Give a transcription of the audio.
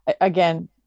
again